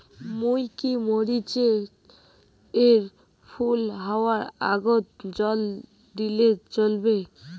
মুই কি মরিচ এর ফুল হাওয়ার আগত জল দিলে চলবে?